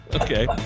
okay